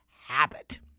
habit